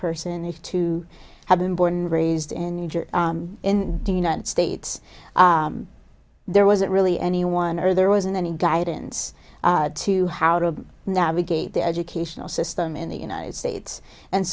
person to have been born and raised in new jersey in the united states there wasn't really anyone or there wasn't any guidance to how to navigate the educational system in the united states and